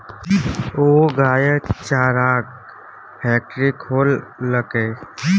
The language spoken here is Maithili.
ओ गायक चाराक फैकटरी खोललकै